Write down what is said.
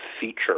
feature